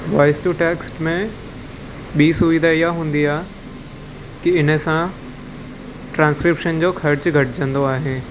voice to text में ॿी सुविधा इहा हूंदी आहे की इनसां ट्रांस्क्रीप्शन जो ख़र्च घटिजंदो आहे